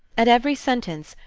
at every sentence,